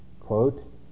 quote